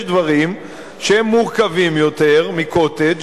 יש דברים שהם מורכבים יותר מ"קוטג'",